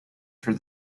for